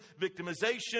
victimization